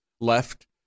left